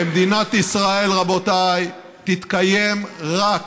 במדינת ישראל, רבותיי, תתקיים רק